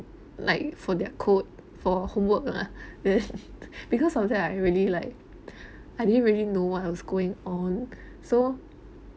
like for their code for homework lah then because sometimes I really like I didn't really know what was going on so